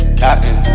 cotton